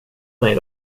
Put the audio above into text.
mig